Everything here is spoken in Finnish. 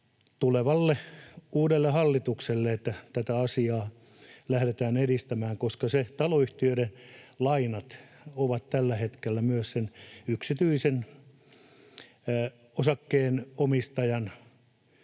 tulevalle uudelle hallitukselle, että tätä asiaa lähdetään edistämään, koska ne taloyhtiöiden lainat ovat tällä hetkellä myös sen yksityisen osakkeenomistajan